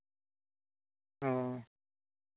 ᱚ